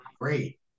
great